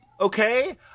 okay